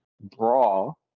brawl